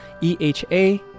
eha